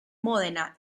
módena